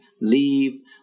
leave